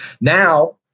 now